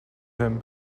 him